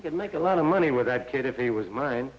you could make a lot of money with that kid if he was mine